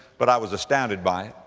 but i was astounded by